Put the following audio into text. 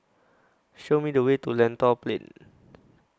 Show Me The Way to Lentor Plain